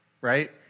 right